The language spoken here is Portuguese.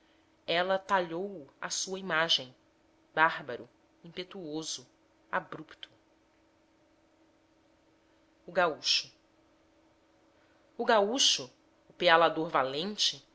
ela o talhou à sua imagem bárbaro impetuoso abrupto o gaúcho o gaúcho o pealador valente